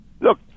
look